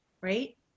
right